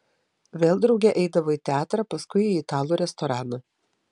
vėl drauge eidavo į teatrą paskui į italų restoraną